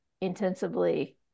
intensively